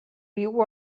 viu